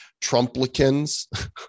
Trumplicans